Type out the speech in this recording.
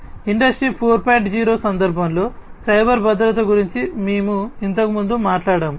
0 సందర్భంలో సైబర్ భద్రత గురించి మేము ఇంతకుముందు మాట్లాడాము